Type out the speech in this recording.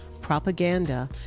Propaganda